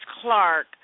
Clark